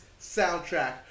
soundtrack